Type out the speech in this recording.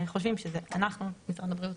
משרד הבריאות,